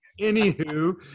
anywho